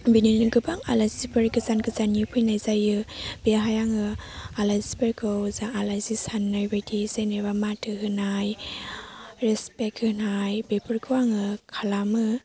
बिनिनो गोबां आलासि गोजान गोजाननि फैनाय जायो बेहाय आङो आलासिफोरखौ जा आलासि साननाय बादि जेनेबा माथो होनाय रेसपेक्ट होनाय बेफोरखौ आङो खालामो